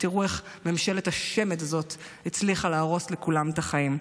ותראו איך ממשלת השמד הזאת הצליחה להרוס לכולם את החיים.